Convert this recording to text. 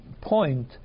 point